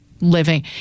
living